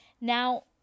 Now